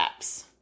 apps